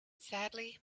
sadly